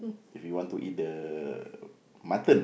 if you want to eat the mutton